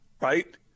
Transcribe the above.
right